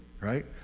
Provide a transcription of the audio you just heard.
right